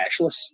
cashless